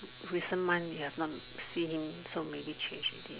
recent month we have not seen him so many change already